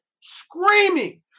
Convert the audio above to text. screaming